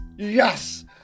Yes